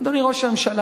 אדוני ראש הממשלה,